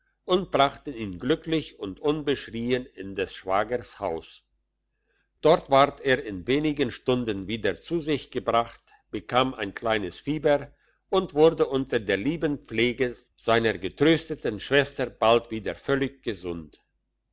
und brachten ihn glücklich und unbeschrien in des schwagers haus dort ward er in wenig stunden wieder zu sich gebracht bekam ein kleines fieber und wurde unter der lieben pflege seiner getrösteten schwester bald wieder völlig gesund